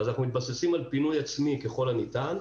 אנחנו מתבססים על פינוי עצמי ככל הניתן,